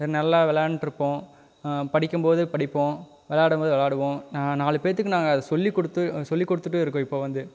நல்லா விளாண்ட்ருப்போம் படிக்கும்போது படிப்போம் விளையாடும் போது விளாடுவோம் நாங்கள் நாலு பேர்த்துக்கு நாங்கள் அதை சொல்லிக்கொடுத்து சொல்லிக்கொடுத்துட்டும் இருக்கோம் இப்போ வந்து